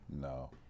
No